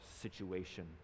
situation